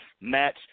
match